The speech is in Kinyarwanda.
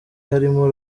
harimo